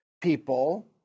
people